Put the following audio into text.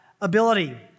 ability